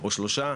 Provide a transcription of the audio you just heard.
או שלושה.